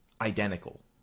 identical